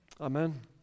Amen